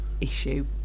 issue